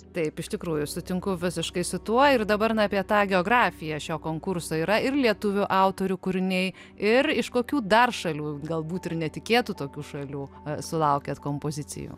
taip iš tikrųjų sutinku visiškai su tuo ir dabar na apie tą geografiją šio konkurso yra ir lietuvių autorių kūriniai ir iš kokių dar šalių galbūt ir netikėtų tokių šalių sulaukėt kompozicijų